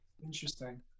Interesting